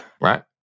Right